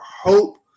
hope